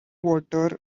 water